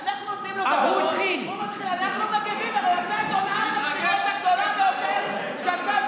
אנחנו, אה, הוא התחיל.